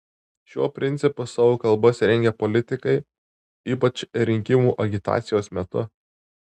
šiuo principu savo kalbas rengia politikai ypač rinkimų agitacijos metu